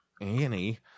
Annie